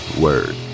word